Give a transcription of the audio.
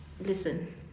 listen